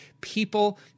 people